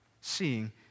Seeing